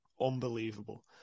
unbelievable